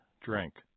drink